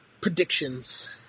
predictions